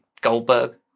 Goldberg